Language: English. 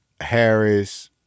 Harris